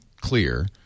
clear